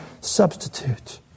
substitute